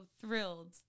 thrilled